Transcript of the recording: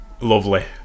lovely